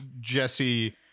jesse